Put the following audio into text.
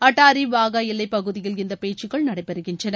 அட்டாரி வாகா எல்லைப்பகுதியில் இந்த பேச்சுக்கள் நடைபெறுகின்றன